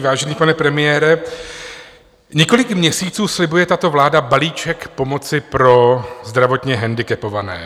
Vážený pane premiére, několik měsíců slibuje tato vláda balíček pomoci pro zdravotně handicapované.